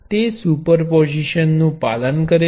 તે સુપરપોઝિશન નું પાલન કરે છે